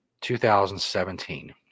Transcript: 2017